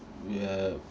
we have